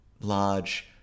large